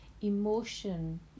emotion